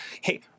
hey